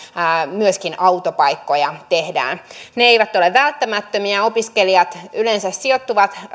myöskin autopaikkoja tehdään ne eivät ole välttämättömiä opiskelijat yleensä sijoittuvat